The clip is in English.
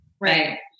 Right